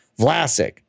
Vlasic